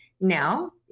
now